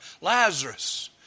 Lazarus